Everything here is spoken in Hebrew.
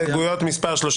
רביזיה.